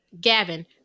Gavin